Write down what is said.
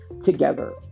together